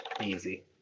Easy